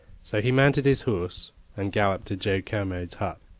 so he mounted his horse and galloped to joe kermode's hut.